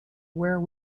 where